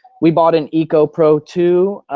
we bought an eco pro two.